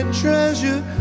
treasure